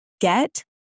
Get